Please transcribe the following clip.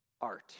art